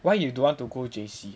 why you don't want to go J_C